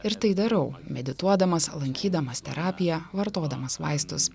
ir tai darau medituodamas lankydamas terapiją vartodamas vaistus